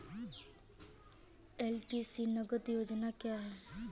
LTC नगद योजना क्या है?